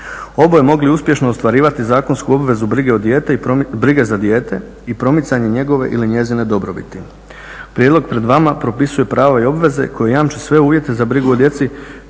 oboje mogli uspješno ostvarivati zakonsku obvezu brige za dijete i promicanje njegove ili njezine dobrobiti. Prijedlog pred vama propisuje prava i obveze koje jamče sve uvjete za brigu o djeci